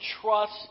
trust